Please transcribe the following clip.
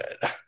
good